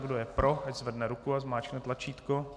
Kdo je pro, ať zvedne ruku a zmáčkne tlačítko.